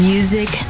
Music